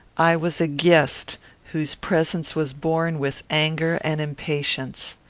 i was a guest whose presence was borne with anger and impatience.